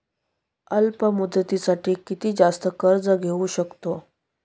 अल्प मुदतीसाठी किती जास्त कर्ज घेऊ शकतो?